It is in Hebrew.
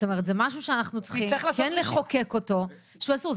זה משהו שאנחנו צריכים כן לחוקק אותו שהוא אסור.